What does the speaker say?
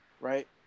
right